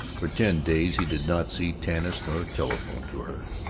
for ten days he did not see tanis nor telephone to her,